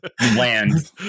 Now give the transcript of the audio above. land